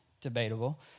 Debatable